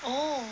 oh